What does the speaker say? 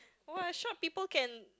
why short people can